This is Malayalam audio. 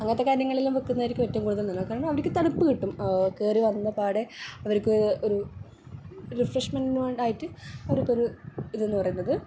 അങ്ങനത്തെ കാര്യങ്ങളെല്ലാം വയ്ക്കുന്നതാരിക്കും ഏറ്റവും കൂടുതൽ നല്ലത് കാരണം അവർക്ക് തണുപ്പ് കിട്ടും കയറി വന്ന പാടെ അവർക്ക് ഒരു റിഫ്രഷ്മെൻടിനു ആയിട്ട് അവർക്കൊരു ഇതെന്ന് പറയുന്നത്